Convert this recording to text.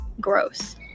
gross